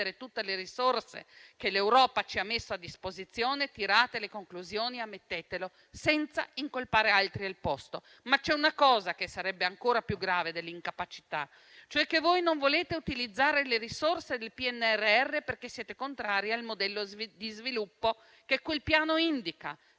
tutte le risorse che l'Europa ci ha messo a disposizione, tirate le conclusioni e ammettetelo, senza incolpare altri al posto vostro. Ma c'è una cosa che sarebbe ancora più grave dell'incapacità, e cioè il fatto che non volete utilizzare le risorse del PNRR perché siete contrari al modello di sviluppo che quel Piano indica. Siete